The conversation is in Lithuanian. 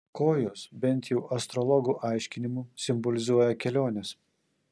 kojos bent jau astrologų aiškinimu simbolizuoja keliones